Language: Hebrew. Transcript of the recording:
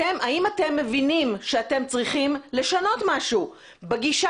האם אתם מבינים שאתם צריכים לשנות משהו בגישה